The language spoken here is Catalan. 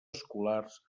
escolars